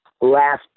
last